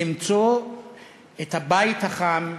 למצוא את הבית החם,